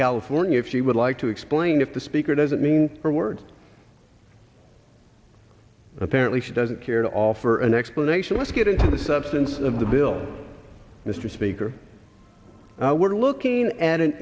california if she would like to explain if the speaker doesn't mean her words apparently she doesn't care to offer an explanation let's get into the substance of the bill mr speaker we're looking at an